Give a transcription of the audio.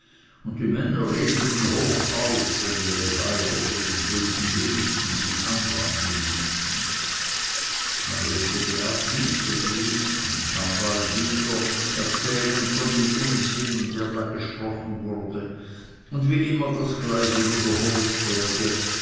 und die männer redeten hochauf wenn ihre weiber von den bösen gelüsten sich anwandeln ließen man redete ab hinzugehen und kam bald wieder erzählend von dem unsinn der da gesprochen wurde wie immer das gleiche wiederholt werde